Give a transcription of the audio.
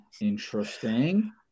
interesting